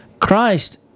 Christ